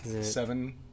seven